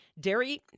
Dairy